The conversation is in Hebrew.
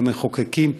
כמחוקקים,